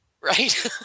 right